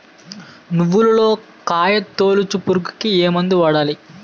నువ్వులలో కాయ తోలుచు పురుగుకి ఏ మందు వాడాలి?